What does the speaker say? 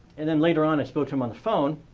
and then later on, i spoke to him on the phone,